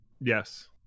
yes